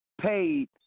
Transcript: paid